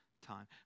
time